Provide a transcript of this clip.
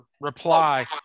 reply